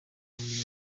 kagame